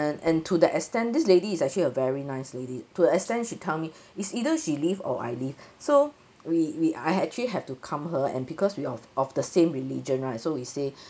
and and to the extent this lady is actually a very nice lady to a extent she tell me is either she leave or I leave so we we I actually have to calm her and because we of of the same religion right so we say